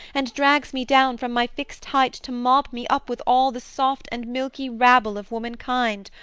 and drags me down from my fixt height to mob me up with all the soft and milky rabble of womankind,